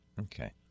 Okay